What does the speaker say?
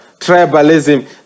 tribalism